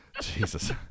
Jesus